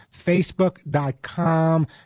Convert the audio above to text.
facebook.com